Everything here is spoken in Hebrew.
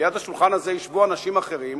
וליד השולחן הזה ישבו אנשים אחרים,